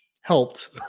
helped